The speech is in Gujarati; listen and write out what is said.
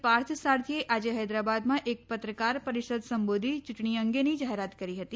પાર્થસારથીએ આજે હૈદરાબાદમાં એક પત્રકાર પરિષદ સંબોધી ચૂંટણી અંગેની જાહેરાત કરી હતી